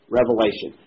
revelation